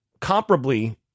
comparably